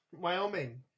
Wyoming